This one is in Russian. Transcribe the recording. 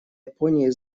японии